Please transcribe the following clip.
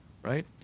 Right